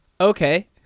Okay